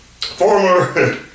former